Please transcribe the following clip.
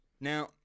Now